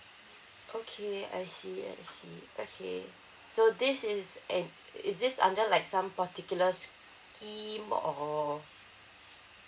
okay I see I see okay so this is a is this under like some particulars scheme or